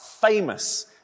famous